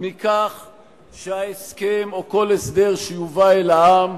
מכך שההסכם, או כל הסדר שיובא אל העם,